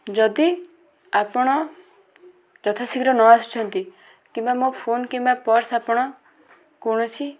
ଯଦି ଆପଣ ଯଥାଶୀଘ୍ର ନ ଆସୁଛନ୍ତି କିମ୍ବା ମୋ ଫୋନ୍ କିମ୍ବା ପର୍ସ୍ ଆପଣ କୌଣସି